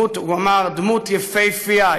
הוא אמר: דמות יפהפייה,